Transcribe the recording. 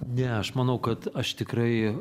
ne aš manau kad aš tikrai